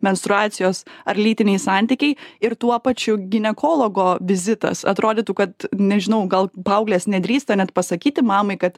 menstruacijos ar lytiniai santykiai ir tuo pačiu ginekologo vizitas atrodytų kad nežinau gal paauglės nedrįsta net pasakyti mamai kad